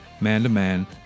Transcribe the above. man-to-man